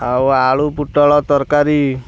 ଆଉ ଆଳୁ ପୋଟଳ ତରକାରୀ